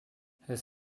his